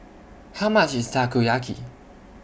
How much IS Takoyaki